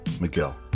Miguel